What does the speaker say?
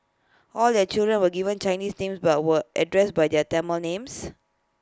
all their children were given Chinese names but were addressed by their Tamil names